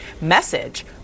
message